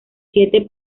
siete